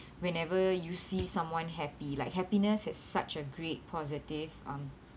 whenever you see someone happy like happiness is such a great positive um